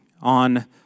on